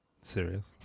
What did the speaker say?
Serious